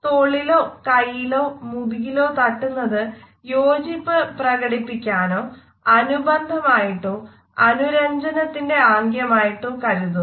തോളിലോ കൈയിലോ മുതുകിലോ തട്ടുന്നത് യോജിപ്പ് പ്രകടിപ്പിക്കാനോ അനുബന്ധമായിട്ടോ അനുരഞ്ജനത്തിന്റെ ആംഗ്യമായിട്ടോ കരുതുന്നു